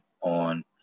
on